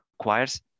requires